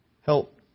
Help